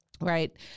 right